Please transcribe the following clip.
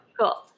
cool